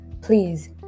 Please